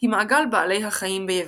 היא "מעגל בעלי החיים" ביוונית.